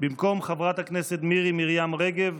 במקום חברת הכנסת מירי מרים רגב,